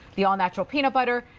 the all natural peanut butter.